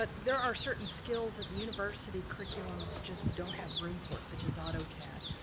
but there are certain skills that the university curriculums just don't have room for such as autocad.